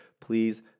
please